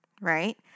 right